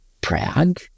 Prague